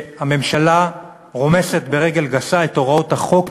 והממשלה רומסת ברגל גסה את הוראות החוק,